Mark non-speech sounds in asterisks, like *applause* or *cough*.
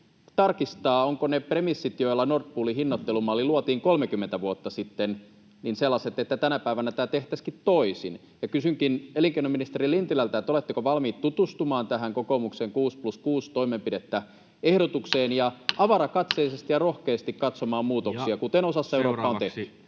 tarkistaa, ovatko ne premissit, joilla Nord Poolin hinnoittelumalli luotiin 30 vuotta sitten, sellaiset, että tänä päivänä tämä tehtäisiinkin toisin. Kysynkin elinkeinoministeri Lintilältä: oletteko valmis tutustumaan tähän kokoomuksen kuusi plus kuusi toimenpidettä ‑ehdotukseen *noise* ja avarakatseisesti ja rohkeasti katsomaan muutoksia, kuten osassa Eurooppaa on tehty?